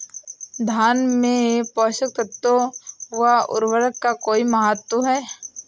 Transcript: धान में पोषक तत्वों व उर्वरक का कोई महत्व है?